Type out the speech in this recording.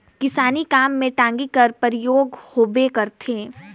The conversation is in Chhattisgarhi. किसानी काम मे टागी कर परियोग होबे करथे